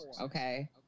okay